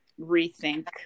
rethink